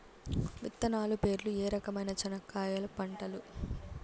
విత్తనాలు పేర్లు ఏ రకమైన చెనక్కాయలు పంటలు?